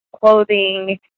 clothing